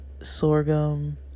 sorghum